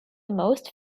most